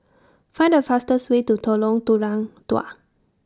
Find The fastest Way to Dua